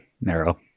narrow